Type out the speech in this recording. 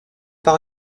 par